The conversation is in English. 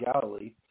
Galilee